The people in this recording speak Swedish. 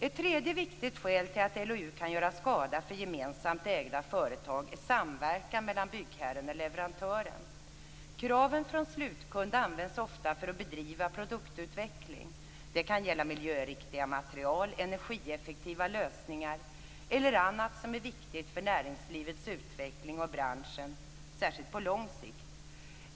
Ett viktigt skäl till att LOU kan göra skada för gemensamt ägda företag är samverkan mellan byggherren och leverantören. Kraven från slutkund används ofta för att bedriva produktutveckling. Det kan gälla miljöriktiga material, energieffektiva lösningar eller annat som är viktigt för näringslivets utveckling och för branschen, särskilt på lång sikt.